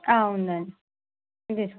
ఆ ఉందండి